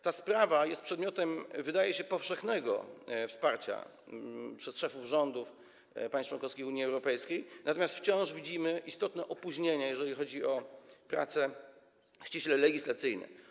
Ta sprawa jest przedmiotem, wydaje się, powszechnego wsparcia przez szefów rządów państw członkowskich Unii Europejskiej, natomiast wciąż widzimy istotne opóźnienia, jeżeli chodzi o prace ściśle legislacyjne.